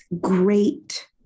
great